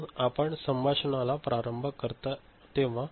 म्हणून आपण संभाषणला प्रारंभ करता तेव्हा